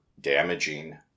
damaging